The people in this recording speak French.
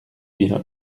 bien